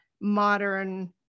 modern